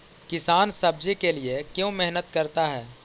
किसान सब्जी के लिए क्यों मेहनत करता है?